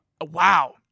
wow